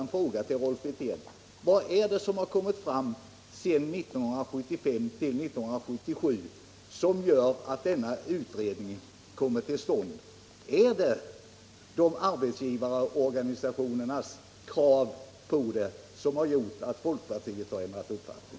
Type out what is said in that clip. Jag frågar Rolf Wirtén: Vad är det som kommit fram sedan 1975 och som gör att denna utredning nu kommer till stånd? Är det arbetsgivarorganisationernas krav på er som gjort att ni i folkpartiet ändrat uppfattning?